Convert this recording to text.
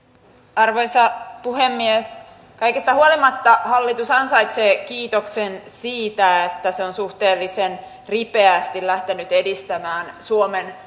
arvoisa puhemies kaikesta huolimatta hallitus ansaitsee kiitoksen siitä että se on suhteellisen ripeästi lähtenyt edistämään suomen